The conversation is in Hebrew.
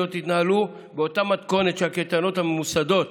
באותה מתכונת של הקייטנות הממוסדות